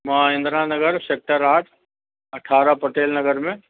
मां इन्द्रा नगर सेक्टर आठ अठाराह पटेलनगर में